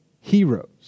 heroes